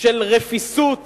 של רפיסות